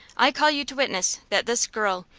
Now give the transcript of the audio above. i call you to witness that this girl,